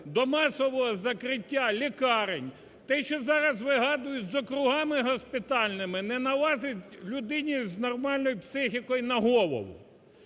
до масового закриття лікарень те, що зараз вигадують з округами госпітальними не налазить людині з нормальною психікою на голову.